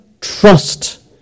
trust